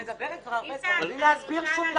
אבל היא מדברת הרבה זמן בלי להסביר שום דבר.